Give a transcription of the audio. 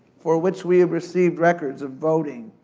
for which we have received records of voting,